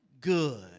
good